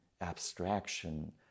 abstraction